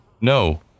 No